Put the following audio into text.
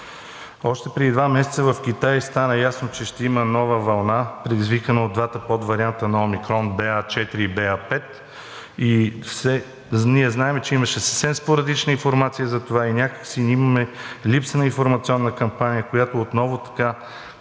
Още преди два месеца в Китай стана ясно, че ще има нова вълна, предизвикана от двата подварианта на Омикрон – BA.4 и BA.5. Знаем, че имаше съвсем спорадични информации за това и някак си ние имаме липса на информационна кампания, която отново да